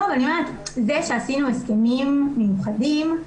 זה שעשינו הסכמים מיוחדים,